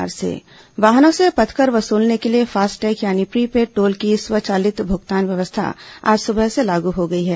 FASTag वाहनों से पथकर वसूलने के लिए फास्टैग यानी प्रीपेड टोल की स्वचालित भुगतान व्यवस्था आज सुबह से लागू हो गई है